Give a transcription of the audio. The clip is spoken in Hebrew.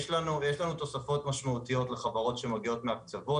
יש לנו תוספות משמעותיות לחברות שמגיעות מהקצוות,